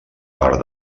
part